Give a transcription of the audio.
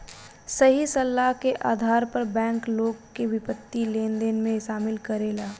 सही सलाह के आधार पर बैंक, लोग के वित्तीय लेनदेन में शामिल करेला